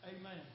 Amen